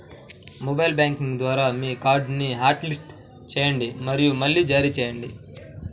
mobile banking ద్వారా మీ కార్డ్ని హాట్లిస్ట్ చేయండి మరియు మళ్లీ జారీ చేయండి